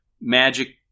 magic